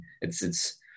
It's—it's